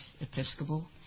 Episcopal